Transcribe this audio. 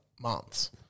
months